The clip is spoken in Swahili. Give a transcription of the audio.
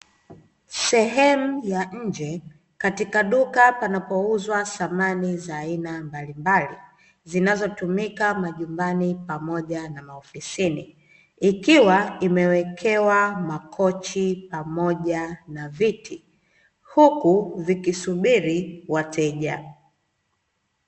Sehemu ya nje katika duka panapouzwa samani za aina mbalimbali zinazotumika majumbani pamoja na maofisini, ikiwa imewekewa makochi pamoja na viti huku vikisubiri wateja.